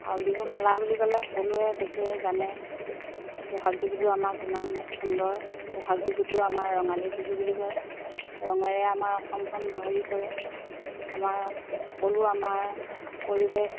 আৰু বিহুমেলা বুলি ক'লে সকলোৱে দেখে জানে ব'হাগ বিহুটো আমাৰ কিমান সুন্দৰ ব'হাগ বিহুটো আমাৰ ৰঙালী বিহু বুলি কয় ৰঙেৰে আমাৰ অসমখন ভৰি পৰে আমাৰ সকলো আমাৰ পৰিৱেশ